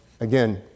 Again